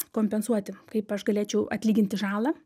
kompensuoti kaip aš galėčiau atlyginti žalą